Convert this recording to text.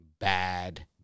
Bad